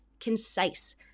concise